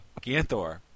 Ganthor